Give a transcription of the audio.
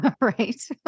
Right